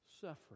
suffering